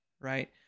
right